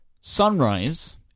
sunrise